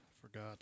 forgot